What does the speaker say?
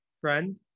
friend